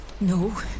No